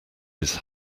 his